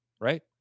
right